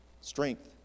strength